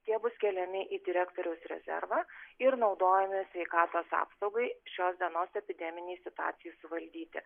tie bus keliami į direktoriaus rezervą ir naudojami sveikatos apsaugai šios dienos epideminei situacijai suvaldyti